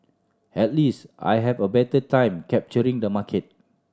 at least I have a better time capturing the market